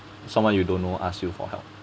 someone you don't know asked you for help